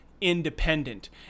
independent